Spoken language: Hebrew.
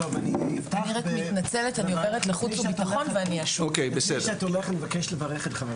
אני רק מתנצלת, אני עוברת לחוץ ובטחון ואני אשוב.